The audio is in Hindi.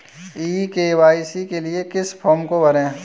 ई के.वाई.सी के लिए किस फ्रॉम को भरें?